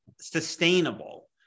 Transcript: sustainable